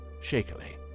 shakily